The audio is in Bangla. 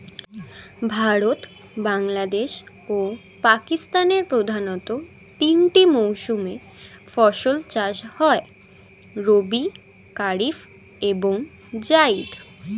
ভারতে, বাংলাদেশ ও পাকিস্তানের প্রধানতঃ তিনটি মৌসুমে ফসল চাষ হয় রবি, কারিফ এবং জাইদ